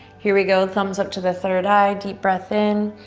here we go, thumbs up to the third eye, deep breath in.